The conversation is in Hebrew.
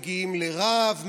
מגיעים לרב,